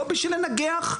לא בשביל לנגח,